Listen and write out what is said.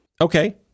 Okay